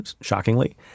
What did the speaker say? shockingly –